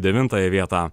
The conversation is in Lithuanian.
devintąją vietą